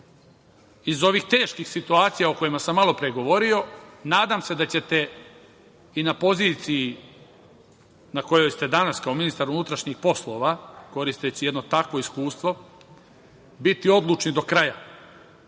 iz ovih teških situacija, o kojima sam malopre govorio, nadam se da ćete i na poziciji na kojoj ste danas kao ministar unutrašnjih poslova, koristeći jedno takvo iskustvo, biti odlučni do kraja